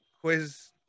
quiz